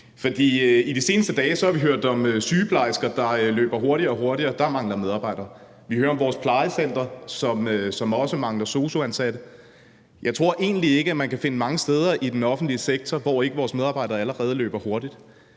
i de seneste dage har vi hørt om sygeplejersker, der løber hurtigere og hurtigere, så dér mangler medarbejdere. Vi hører om vores plejecentre, som også mangler sosu'er. Jeg tror egentlig ikke, at man kan finde mange steder i den offentlige sektor, hvor vores medarbejdere ikke allerede løber hurtigt.